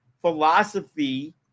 philosophy